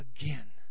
again